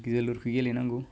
जोलुरखौ गेलेनांगौ